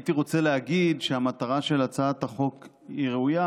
הייתי רוצה להגיד שהמטרה של הצעת החוק היא ראויה,